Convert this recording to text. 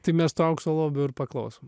tai miesto aukso lobių ir paklos